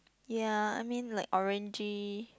ya I mean like orangey